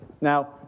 Now